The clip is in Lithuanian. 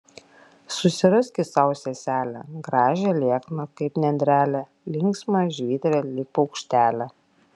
susiraski sau seselę gražią liekną kaip nendrelę linksmą žvitrią lyg paukštelę